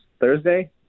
Thursday